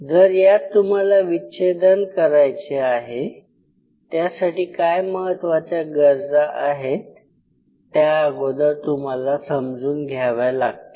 जर यात तुम्हाला विच्छेदन करायचे आहे त्यासाठी काय महत्वाच्या गरजा आहेत त्या अगोदर तुम्हाला समजून घ्याव्या लागतील